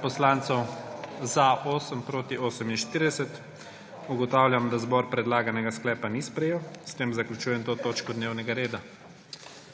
glasovalo 8.) (Proti 48.) Ugotavljam, da zbor predlaganega sklepa ni sprejel. S tem zaključujem to točko dnevnega reda.